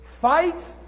Fight